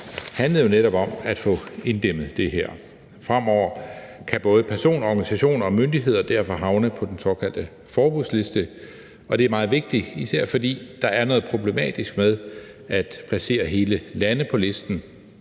handlede jo netop om at få inddæmmet det her. Fremover kan både personer, organisationer og myndigheder derfor havne på den såkaldte forbudsliste, og det er meget vigtigt, især fordi der er noget problematisk med at placere hele lande på listen;